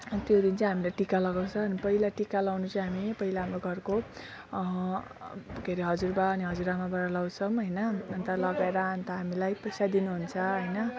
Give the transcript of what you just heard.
अनि त्यो दिन चाहिँ हामीले टिका लगाउँछ अनि पहिला टिका लगाउनु चाहिँ हामी पहिला हाम्रो घरको के अरे हजुरबा अनि हजुरआमाबाट लगाउँछौँ होइन अन्त लगाएर अन्त हामीलाई पैसा दिनु हुन्छ होइन